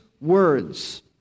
words